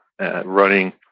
running